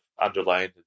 underlying